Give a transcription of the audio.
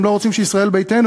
הם לא רוצים שישראל ביתנו,